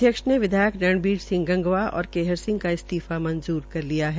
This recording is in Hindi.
अध्यक्ष ने विधायक रणबीर सिंह गंगवा और केहर सिंह का इस्तीफा मंजूर कर लिया है